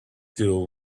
till